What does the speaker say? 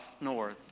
north